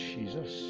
Jesus